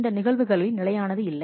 இந்த நிகழ்வுகளில் நிலையானது இல்லை